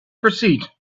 proceed